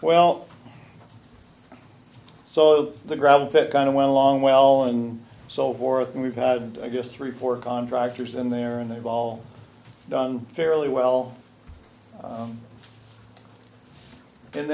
well so the gravel pit kind of went along well and so forth and we've had i guess three four contractors in there and they've all done fairly well